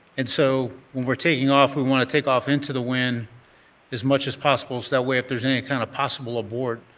and so we are taking off we want to take off into the wind as much as possible that way if there's any kind of possible abort,